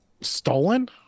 Stolen